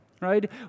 right